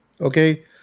okay